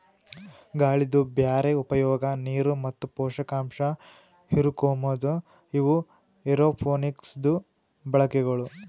ಗಾಳಿದು ಬ್ಯಾರೆ ಉಪಯೋಗ, ನೀರು ಮತ್ತ ಪೋಷಕಾಂಶ ಹಿರುಕೋಮದು ಇವು ಏರೋಪೋನಿಕ್ಸದು ಬಳಕೆಗಳು